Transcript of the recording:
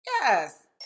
Yes